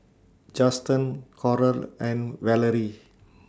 Juston Coral and Valorie